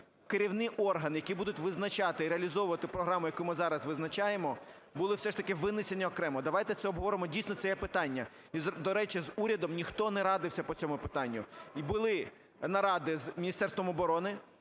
керівні органи, які будуть визначати і реалізовувати програму, яку ми зараз визначаємо, були все ж таки винесені окремо. Давайте це обговоримо. Дійсно, це є питання. І, до речі, з урядом ніхто не радився по цьому питанню. І були наради з Міністерством оборони,